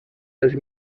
els